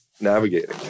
navigating